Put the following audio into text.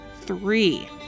three